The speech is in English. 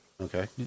Okay